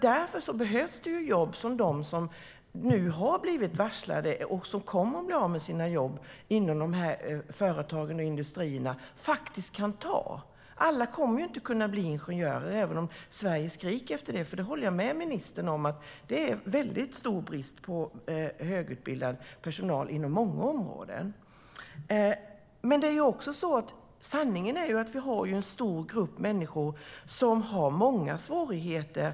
Därför behövs det jobb som de som nu har blivit varslade och kommer att bli av med sina jobb inom de här företagen och industrierna faktiskt kan ta. Alla kommer inte att kunna bli ingenjörer, även om Sverige skriker efter det. Jag håller med ministern om att det är stor brist på högutbildad personal inom många områden. Men sanningen är ju att vi också har en stor grupp människor som har många svårigheter.